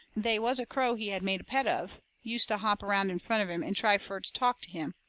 they was a crow he had made a pet of, used to hop around in front of him, and try fur to talk to him.